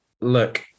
Look